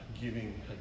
giving